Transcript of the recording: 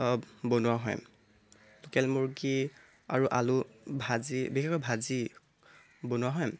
বনোৱা হয় লোকেল মূৰ্গী আৰু আলু ভাজি বিশেষকৈ ভাজি বনোৱা হয়